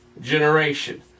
generation